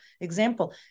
example